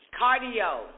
cardio